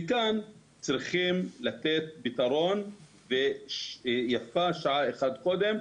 מכאן צריכים לתת פתרון ויפה שעה אחת קודם,